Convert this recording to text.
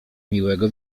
miłego